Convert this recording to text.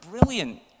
brilliant